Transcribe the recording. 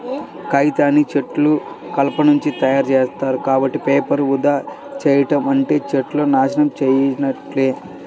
కాగితాన్ని చెట్ల కలపనుంచి తయ్యారుజేత్తారు, కాబట్టి పేపర్లను వృధా చెయ్యడం అంటే చెట్లను నాశనం చేసున్నట్లే